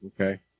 Okay